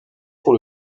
pour